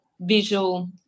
visual